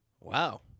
Wow